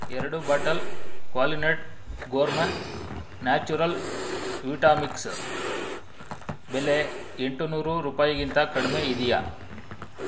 ಎರಡು ಬಾಟಲ್ ಕ್ವಾಲಿನಟ್ gourmet natural vita mix ಬೆಲೆ ಎಂಟು ನೂರು ರೂಪಾಯಿಗಿಂತ ಕಡಿಮೆ ಇದೆಯಾ